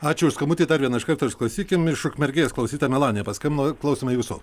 ačiū už skambutį dar vieną iš karto išklausykim iš ukmergės klausyta melanija paskambino klausome jūsų